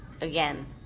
again